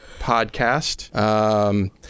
podcast